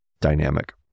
dynamic